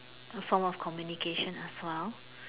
a form of communication as well